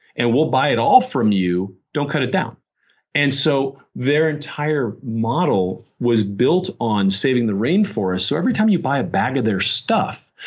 and we'll buy it all from you. don't cut it down and so their entire model was built on saving the rainforest, so every time you buy a bag of their stuff,